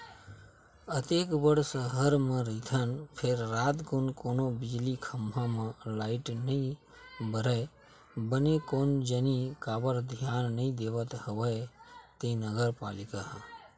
अतेक बड़ सहर म रहिथन फेर रातकुन कोनो बिजली खंभा म लाइट नइ बरय बने कोन जनी काबर धियान नइ देवत हवय ते नगर पालिका ह